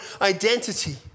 identity